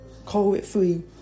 COVID-free